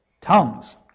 Tongues